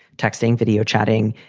texting, video, chatting,